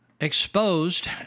exposed